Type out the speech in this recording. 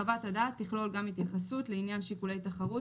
חוות הדעת תכלול גם התייחסות לעניין שיקולי תחרות